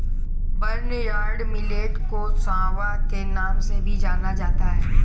barnyard millet को सांवा के नाम से भी जाना जाता है